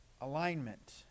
alignment